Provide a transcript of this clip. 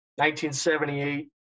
1978